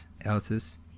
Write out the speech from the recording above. else's